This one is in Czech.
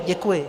Děkuji.